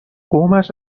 قومش